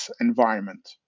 environment